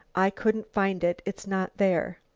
i couldn't find it. it's not there.